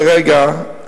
כרגע,